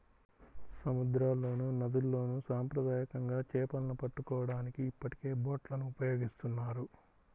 సముద్రాల్లోనూ, నదుల్లోను సాంప్రదాయకంగా చేపలను పట్టుకోవడానికి ఇప్పటికే బోట్లను ఉపయోగిస్తున్నారు